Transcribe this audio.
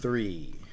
Three